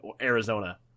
Arizona